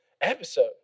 episode